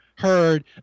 heard